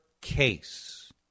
case